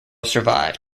survived